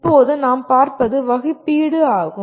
இப்போது நாம் பார்ப்பது வகுப்பீடு ஆகும்